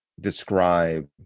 describe